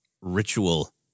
ritual